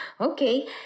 Okay